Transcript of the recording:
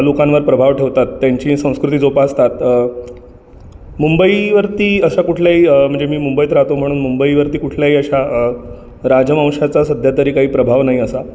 लोकांवर प्रभाव ठेवतात त्यांची संस्कृती जोपासतात मुंबईवरती असं कुठलंही म्हणजे मी मुंबईत राहतो म्हणून मुंबईवरती कुठल्याही अशा राजवंशाचा सध्या तरी काही प्रभाव नाही असा